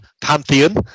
pantheon